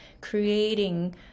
creating